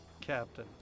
Captain